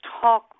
talk